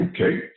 okay